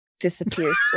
Disappears